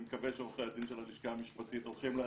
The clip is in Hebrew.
אני מקווה שעורכי הדין של הלשכה המשפטית הולכים להצגות,